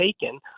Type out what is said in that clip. taken